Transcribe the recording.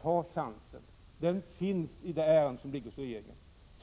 Ta chansen! Den finns i det ärende som ligger hos regeringen.